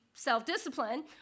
self-discipline